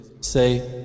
Say